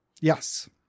Yes